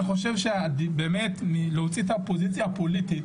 אני חושב שבאמת להוציא את הפוזיציה הפוליטית,